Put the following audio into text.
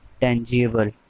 tangible